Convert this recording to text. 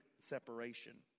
separation